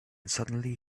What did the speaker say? suddenly